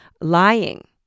lying